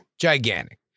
Gigantic